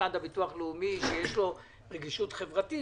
המוסד לביטוח לאומי שיש לו רגישות חברתית,